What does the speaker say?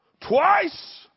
twice